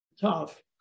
Tough